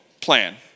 plan